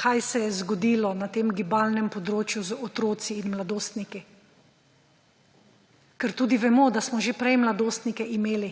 kaj se je zgodilo na tem gibalnem področju z otroci in mladostniki. Ker tudi vemo, da smo že prej mladostnike imeli,